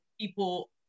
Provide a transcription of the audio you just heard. people